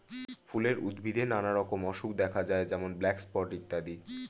ফুলের উদ্ভিদে নানা রকম অসুখ দেখা যায় যেমন ব্ল্যাক স্পট ইত্যাদি